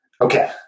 Okay